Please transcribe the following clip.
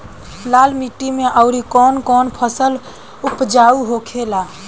लाल माटी मे आउर कौन कौन फसल उपजाऊ होखे ला?